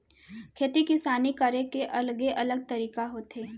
खेती किसानी करे के अलगे अलग तरीका होथे